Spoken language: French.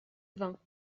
vin